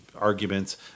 arguments